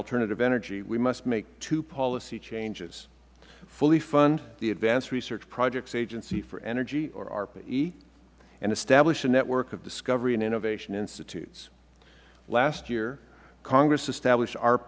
alternative energy we must make two policy changes fully fund the advanced research projects agency for energy or arpa e and establish a network of discovery and innovation institutes last year congress established ar